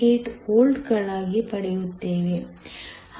78 ವೋಲ್ಟ್ಗಳಾಗಿ ಪಡೆಯುತ್ತೇವೆ